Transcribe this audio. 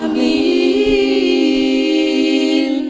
e